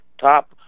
top